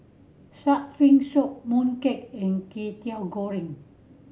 shark fin soup mooncake and Kwetiau Goreng